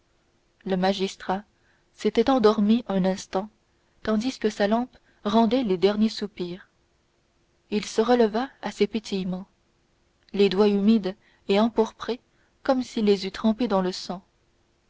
le magistrat s'était endormi un instant tandis que sa lampe rendait les derniers soupirs il se réveilla à ses pétillements les doigts humides et empourprés comme s'il les eût trempés dans le sang